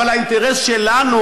אבל האינטרס שלנו,